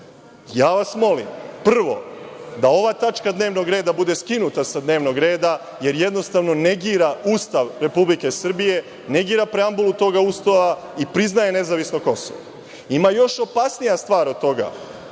ja vas molim, prvo, da ova tačka dnevnog reda bude skinuta sa dnevnog reda, jer jednostavno negira Ustav Republike Srbije, negira preambulu tog Ustava i priznaje nezavisno Kosovo. Ima još opasnija stvar od toga,